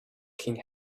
king